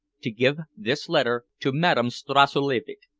to give this letter to madame stassulevitch,